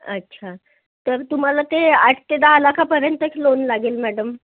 अच्छा तर तुम्हाला ते आठ ते दहा लाखापर्यंतचं लोन लागेल मॅडम